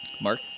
Mark